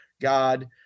God